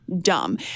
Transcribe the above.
dumb